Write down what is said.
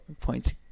points